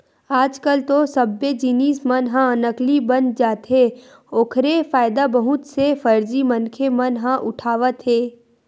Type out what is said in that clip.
आज कल तो सब्बे जिनिस मन ह नकली बन जाथे ओखरे फायदा बहुत से फरजी मनखे मन ह उठावत हे